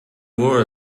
wore